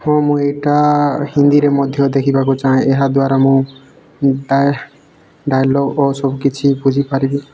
ହଁ ମୁଁ ଏଇଟା ହିନ୍ଦୀରେ ମଧ୍ୟ ଦେଖିବାକୁ ଚାହେଁ ଏହାଦ୍ଵାରା ମୁଁ ଡାଏଲଗ୍ ଓ ସବୁକିଛି ବୁଝିପାରିବି